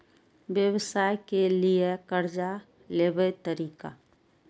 व्यवसाय के लियै कर्जा लेबे तरीका?